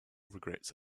regrets